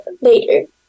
later